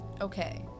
Okay